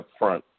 upfront